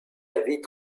avis